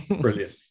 brilliant